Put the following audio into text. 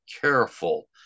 careful